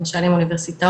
למשל עם אוניברסיטאות,